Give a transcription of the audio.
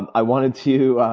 and i wanted to.